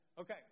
Okay